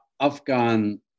Afghan